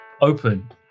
open